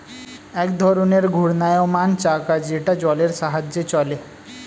এক ধরনের ঘূর্ণায়মান চাকা যেটা জলের সাহায্যে চলে